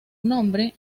nombre